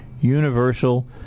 universal